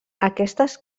aquestes